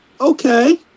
okay